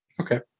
Okay